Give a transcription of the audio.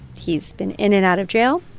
he's been in and out of jail.